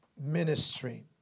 Ministry